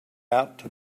out